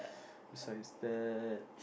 besides that